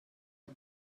und